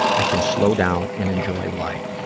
i can slow down and enjoy life.